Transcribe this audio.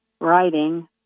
writing